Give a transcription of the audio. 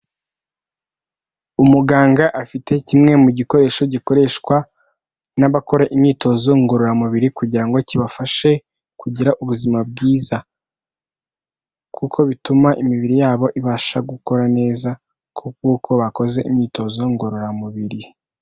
Umuganga afite kimwe mu gikoresho gikoreshwa n'abakora imyitozo ngororamubiri kugira ngo kibafashe kugira ubuzima bwiza, kuko bituma imibiri yabo ibasha gukora neza ku bw'uko bakoze imyitozo ngororamubiri.